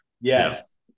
Yes